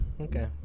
okay